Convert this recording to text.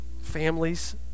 families